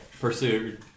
pursued